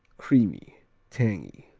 creamy tangy.